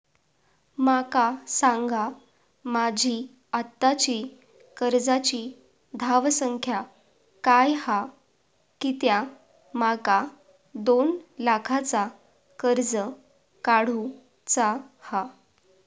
माका सांगा माझी आत्ताची कर्जाची धावसंख्या काय हा कित्या माका दोन लाखाचा कर्ज काढू चा हा?